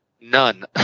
None